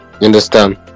understand